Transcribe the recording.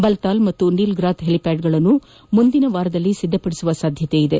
ಬಲ್ತಾಲ್ ಮತ್ತು ನೀಲ್ಗ್ರಾಥ್ ಹೆಲಿಪ್ಯಾಡ್ಗಳನ್ನು ಮುಂದಿನ ವಾರದೊಳಗೆ ಸಿದ್ದಪದಿಸುವ ಸಾಧ್ಯತೆ ಇದೆ